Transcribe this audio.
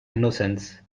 innocence